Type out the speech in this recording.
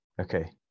okay